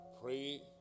pray